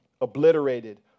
obliterated